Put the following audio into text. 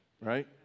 right